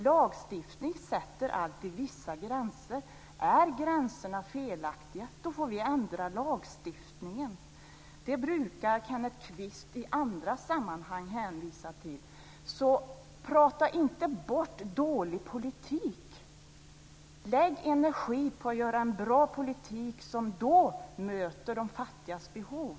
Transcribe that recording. Lagstiftning sätter alltid vissa gränser. Är gränserna felaktiga får vi ändra lagstiftningen. Det brukar Kenneth Kvist i andra sammanhang hänvisa till. Prata inte bort dålig politik! Lägg energi på att göra en bra politik som möter de fattigas behov!